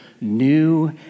new